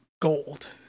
gold